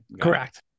Correct